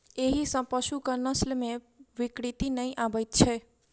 एहि सॅ पशुक नस्ल मे विकृति नै आबैत छै